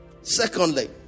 secondly